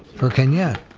for kenyette,